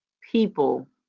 people